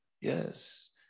Yes